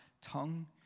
tongue